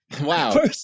Wow